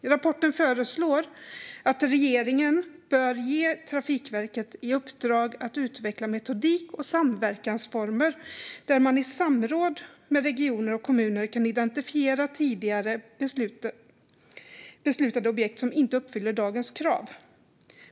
I rapporten föreslås att regeringen ger Trafikverket i uppdrag att utveckla metodik och samverkansformer där man i samråd med regioner och kommuner kan identifiera tidigare beslutade objekt som inte uppfyller dagens krav.